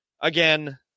Again